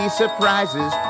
surprises